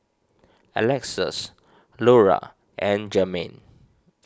Alexus Lura and Jermaine